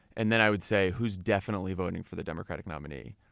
and then, i would say who's definitely voting for the democratic nominee.